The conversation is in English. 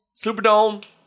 Superdome